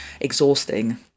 exhausting